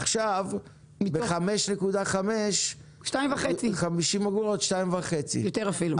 עכשיו ב-5.5 שקלים, 2.5 שקלים ואפילו יותר.